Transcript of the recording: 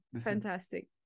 Fantastic